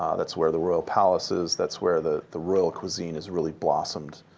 um that's where the royal palace is. that's where the the real cuisine has really blossomed.